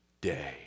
day